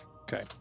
Okay